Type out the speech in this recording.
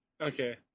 Okay